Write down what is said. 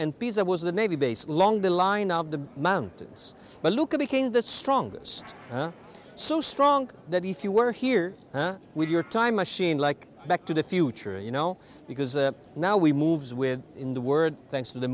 and pisa was the navy base along the line of the mountains but look at making the strongest so strong that if you were here with your time machine like back to the future you know because now we moves with in the words thanks to the